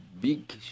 big